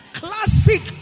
Classic